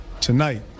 Tonight